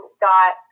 got